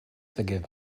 forgive